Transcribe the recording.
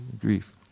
grief